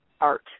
Art